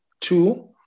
Two